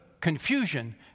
confusion